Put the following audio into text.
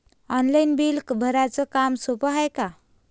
Online bill भराच काम सोपं हाय का?